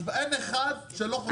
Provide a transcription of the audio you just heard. אין אחד שלא חושב שזה יהיה הסוף.